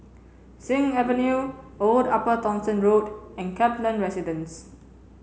Sing Avenue Old Upper Thomson Road and Kaplan Residence